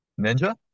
Ninja